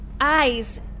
eyes